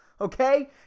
okay